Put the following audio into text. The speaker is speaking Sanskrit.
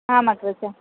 आम् अग्रज